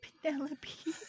Penelope